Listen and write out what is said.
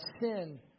sin